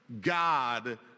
God